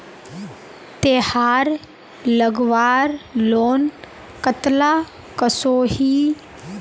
तेहार लगवार लोन कतला कसोही?